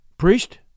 Priest